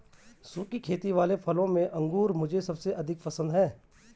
सुखी खेती वाले फलों में अंगूर मुझे सबसे अधिक पसंद है